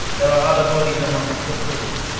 there are other bodies among the crew.